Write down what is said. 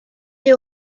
est